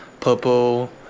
purple